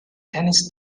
tennis